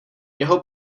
jeho